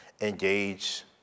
engage